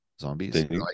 zombies